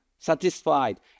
satisfied